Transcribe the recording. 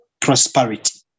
prosperity